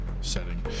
setting